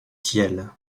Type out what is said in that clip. ciel